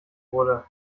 wurde